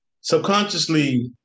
subconsciously